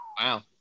Wow